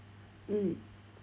mm